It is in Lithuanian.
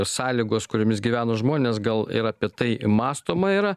sąlygos kuriomis gyvena žmonės gal ir apie tai mąstoma yra